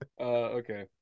Okay